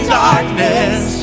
darkness